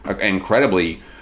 incredibly